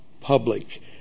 public